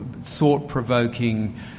thought-provoking